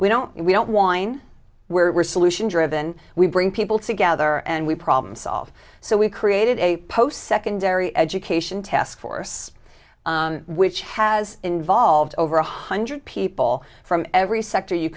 we don't we don't whine we're solution driven we bring people together and we problem solve so we created a post secondary education taskforce which has involved over one hundred people from every sector you